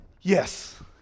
Yes